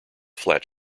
flat